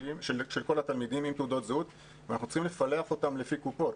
כל התלמידים עם תעודות זהות ואנחנו צריכים לפלח אותם לפי קופות.